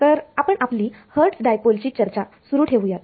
तर आपण आपली हर्टस डायपोल ची चर्चा सुरु ठेवूयात